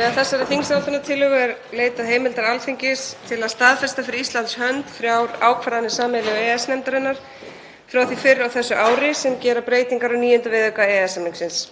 Með þessari þingsályktunartillögu er leitað heimildar Alþingis til að staðfesta fyrir Íslands hönd þrjár ákvarðanir sameiginlegu EES-nefndarinnar frá því fyrr á þessu ári sem gera breytingar á IX. viðauka EES-samningins.